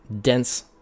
dense